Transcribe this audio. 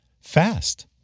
fast